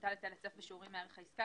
מוטל היצף בשיעורים מערך העסקה,